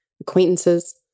acquaintances